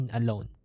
alone